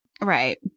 Right